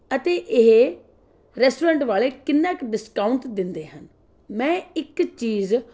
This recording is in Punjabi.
ਅਤੇ ਇਹ ਰੈਸਟੋਰੈਂਟ ਵਾਲੇ ਕਿੰਨਾ ਕੁ ਡਿਸਕਾਊਂਟ ਦਿੰਦੇ ਹਨ ਮੈਂ ਇੱਕ ਚੀਜ਼